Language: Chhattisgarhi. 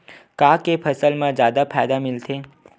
का के फसल मा जादा फ़ायदा मिलथे?